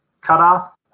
cutoff